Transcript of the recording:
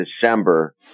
December